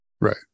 Right